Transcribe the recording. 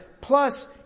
plus